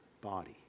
body